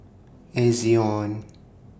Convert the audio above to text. Ezion